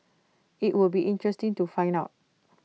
IT would be interesting to find out